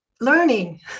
learning